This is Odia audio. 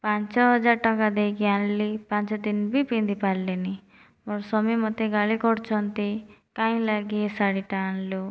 ପାଞ୍ଚହଜାର ଟଙ୍କା ଦେଇକି ଆଣିଲି ପାଞ୍ଚ ଦିନ ବି ପିନ୍ଧି ପାରଲିନି ମୋର୍ ସ୍ଵାମି ମୋତେ ଗାଳି କରୁଛନ୍ତି କାହିଁ ଲାଗି ଏ ଶାଢ଼ୀଟା ଆଣିଲୁ